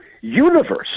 universe